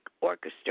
Orchestra